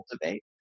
cultivate